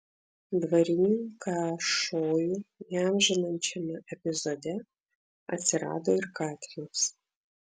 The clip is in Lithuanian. dvarininką šojų įamžinančiame epizode atsirado ir katinas